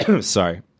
sorry